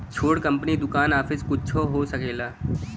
छोट कंपनी दुकान आफिस कुच्छो हो सकेला